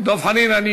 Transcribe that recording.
דב חנין, תשאל אותו.